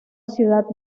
ciudad